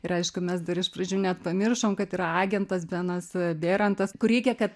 ir aišku mes dar iš pradžių net pamiršom kad yra agentas benas bėrantas kur reikia kad